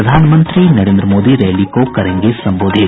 प्रधानमंत्री नरेन्द्र मोदी रैली को करेंगे संबोधित